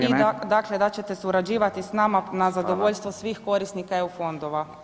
i dakle da ćete surađivati s nama na zadovoljstvo svih korisnika EU fondova.